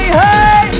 hey